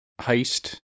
heist